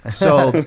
so,